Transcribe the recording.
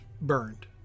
burned